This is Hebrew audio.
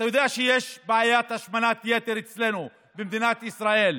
אתה יודע שיש בעיה של השמנת יתר אצלנו במדינת ישראל.